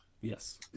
Yes